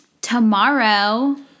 tomorrow